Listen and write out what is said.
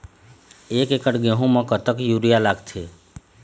एक एकड़ गेहूं म कतक यूरिया लागथे?